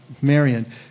Marion